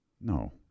No